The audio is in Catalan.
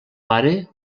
pare